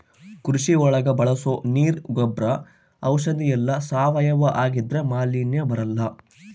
ಕೃಷಿ ಒಳಗ ಬಳಸೋ ನೀರ್ ಗೊಬ್ರ ಔಷಧಿ ಎಲ್ಲ ಸಾವಯವ ಆಗಿದ್ರೆ ಮಾಲಿನ್ಯ ಬರಲ್ಲ